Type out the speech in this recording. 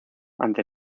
ante